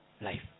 life